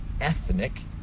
ethnic